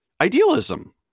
idealism